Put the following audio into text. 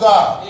God